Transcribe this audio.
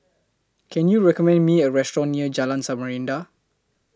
Can YOU recommend Me A Restaurant near Jalan Samarinda